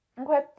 Okay